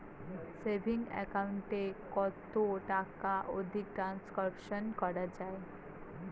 Savings account এ কতো টাকা অবধি ট্রানসাকশান করা য়ায়?